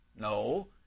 No